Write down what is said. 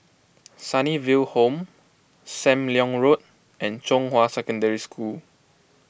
Sunnyville Home Sam Leong Road and Zhonghua Secondary School